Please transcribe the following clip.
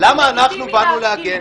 למה אנחנו באנו להגן?